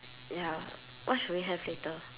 ya what should we have later